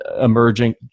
emerging